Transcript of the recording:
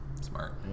Smart